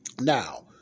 Now